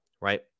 right